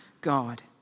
God